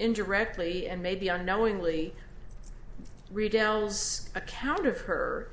indirectly and maybe unknowingly retail's account of her